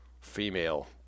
female